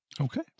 Okay